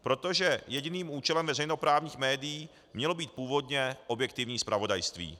Protože jediným účelem veřejnoprávních médií mělo být původně objektivní zpravodajství.